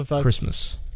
Christmas